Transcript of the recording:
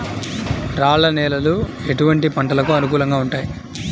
రాళ్ల నేలలు ఎటువంటి పంటలకు అనుకూలంగా ఉంటాయి?